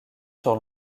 sur